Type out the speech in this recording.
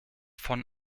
von